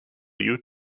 you